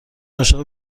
عاشق